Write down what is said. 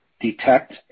detect